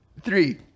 three